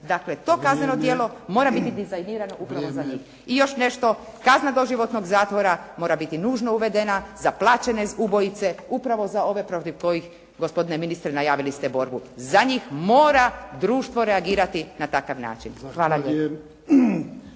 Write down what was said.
Dakle, to kazneno djelo mora biti dizajnirano upravo za njih. I još nešto. Kazna doživotnog zatvora mora biti nužno uvedena za plaćene ubojice, upravo za ove protiv kojih gospodine ministre najavili ste borbu. Za njih mora društvo reagirati na takav način. Hvala